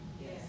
yes